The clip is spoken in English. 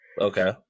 Okay